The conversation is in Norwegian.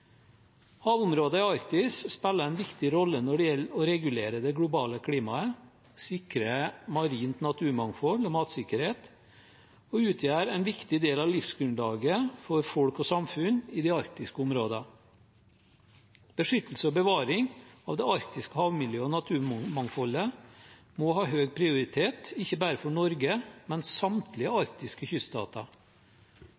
Havområdet Arktis spiller en viktig rolle når det gjelder å regulere det globale klimaet og sikre marint naturmangfold og matsikkerhet, og utgjør en viktig del av livsgrunnlaget for folk og samfunn i de arktiske områdene. Beskyttelse og bevaring av det arktiske havmiljøet og naturmangfoldet må ha høy prioritet, ikke bare for Norge, men for samtlige